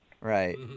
Right